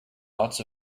lots